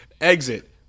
exit